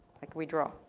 like we draw.